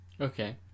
Okay